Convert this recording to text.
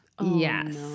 Yes